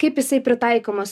kaip jisai pritaikomas